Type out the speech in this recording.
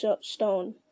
stone